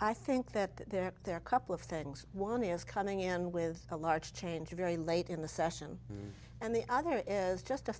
i think that there there are couple of things one is coming in with a large change a very late in the session and the other is just a